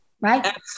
right